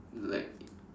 like